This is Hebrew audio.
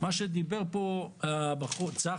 מה שדיבר פה צחי,